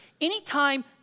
Anytime